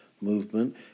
movement